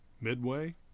Midway